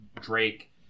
drake